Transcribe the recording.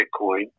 bitcoin